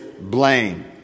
blame